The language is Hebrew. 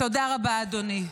תודה רבה, אדוני.